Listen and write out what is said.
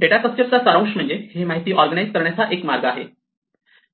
data structure चा सारांश म्हणजेच हे माहिती ऑर्गनाइज करण्याचा एक मार्ग आहे